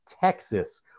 Texas